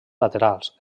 laterals